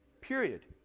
Period